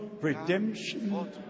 redemption